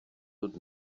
dut